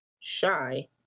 shy